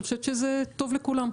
אני חושבת שזה טוב לכולם.